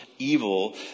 evil